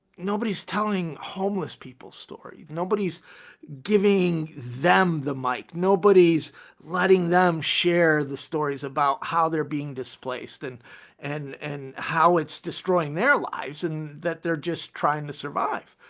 nobody is telling homeless people story. nobody is giving them the mic. nobody is letting them share the stories about how they're being displaced and and and how it's destroying their lives, and that they're just trying to survive.